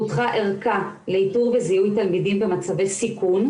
פותחה ערכה לאיתור וזיהוי תלמידים במצבי סיכון,